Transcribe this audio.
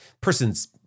person's